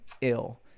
ill